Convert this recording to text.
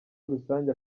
rusange